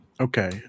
okay